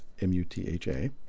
M-U-T-H-A